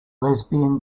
lesbian